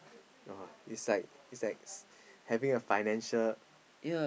(uh huh) it's like it's like having a financial